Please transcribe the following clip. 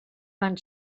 van